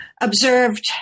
observed